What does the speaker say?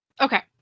Okay